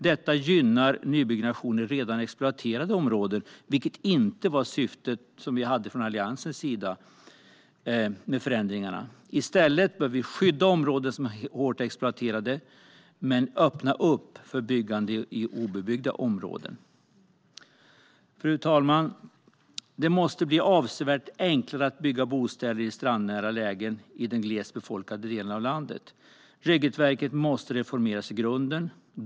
Detta gynnar nybyggnation i redan exploaterade områden, vilket inte var syftet med förändringarna från Alliansens sida. I stället bör vi skydda hårt exploaterade områden men öppna för byggande i obebyggda områden. Fru talman! Det måste bli avsevärt enklare att bygga bostäder i strandnära lägen i de glest befolkade delarna av landet. Regelverket måste reformeras i grunden.